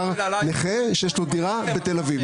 נכה שיש לו דירה בתל אביב,